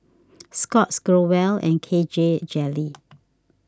Scott's Growell and K J Jelly